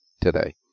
today